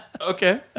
Okay